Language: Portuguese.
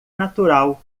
natural